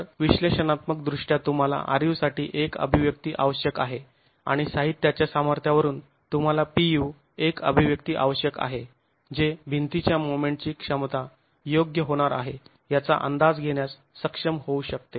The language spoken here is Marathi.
तर विश्लेषणात्मक दृष्ट्या तुम्हाला ru साठी एक अभिव्यक्ती आवश्यक आहे आणि साहित्याच्या सामर्थ्यावरून तुम्हाला Pu एक अभिव्यक्ती आवश्यक आहे जे भिंतीची मोमेंटची क्षमता योग्य होणार आहे याचा अंदाज घेण्यास सक्षम होऊ शकते